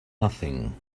nothing